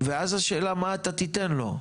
ואז השאלה מה אתה תיתן לו?